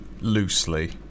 Loosely